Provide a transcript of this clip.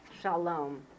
shalom